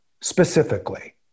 specifically